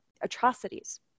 atrocities